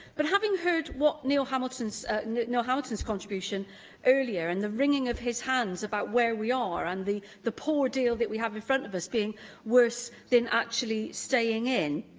but having heard neil hamilton's neil hamilton's contribution earlier and the wringing of his hands about where we are and the the poor deal that we have in front of us being worse than actually staying in,